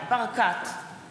(קוראת בשמות חברי הכנסת)